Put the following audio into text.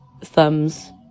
thumbs